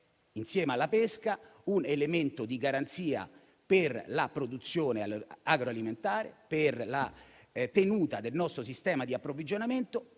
insieme alla pesca, un elemento di garanzia per la produzione agroalimentare, per la tenuta del nostro sistema di approvvigionamento